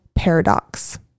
Paradox